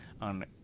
on